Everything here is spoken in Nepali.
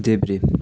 देब्रे